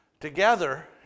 together